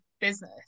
business